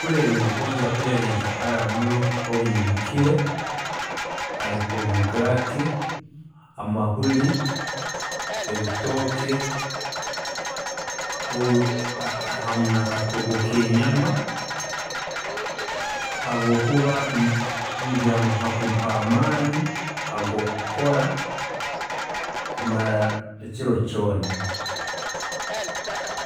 ﻿Ebyokurya ebii nkugonza kurya nyenkyakara muno obu nyimukire, haroho omugaati, amahuri, ebitooke nakatogo kenyama habwokuba nibyanguha kumpa amaani agokukora kumara ekiro kyoona